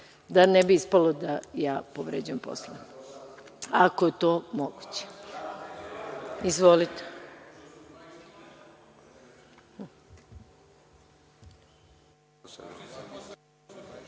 da ne bi ispalo da ja povređujem Poslovnik, ako je to moguće. Izvolite.